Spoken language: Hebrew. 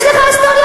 יש לך היסטוריה?